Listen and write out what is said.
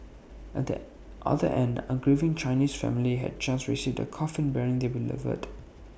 at the other end A grieving Chinese family had just received A coffin bearing their beloved